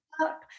up